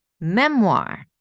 memoir